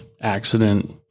accident